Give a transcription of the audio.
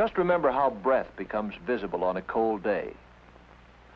just remember how our breath becomes visible on a cold day